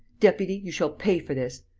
deputy, you shall pay for this.